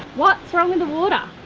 what's wrong with the water?